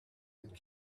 and